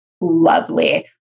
lovely